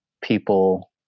people